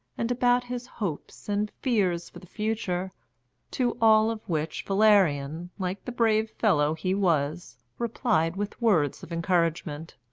and about his hopes and fears for the future to all of which valerian, like the brave fellow he was, replied with words of encouragement.